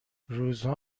روزها